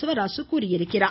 சிவராசு தெரிவித்துள்ளார்